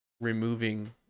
removing